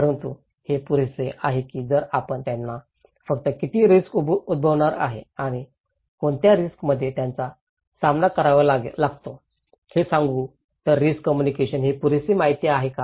परंतु हे पुरेसे आहे की जर आपण त्यांना फक्त किती रिस्क उद्भवणार आहे आणि कोणत्या रिस्क मध्ये त्यांचा सामना करावा लागतो हे सांगू तर रिस्क कम्युनिकेशनत ही पुरेशी माहिती आहे का